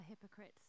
hypocrites